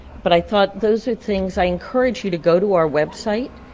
but i thought those are things i encourage you to go to our website,